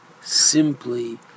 simply